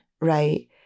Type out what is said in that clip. right